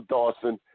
Dawson